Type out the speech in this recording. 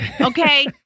Okay